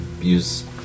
use